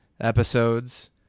episodes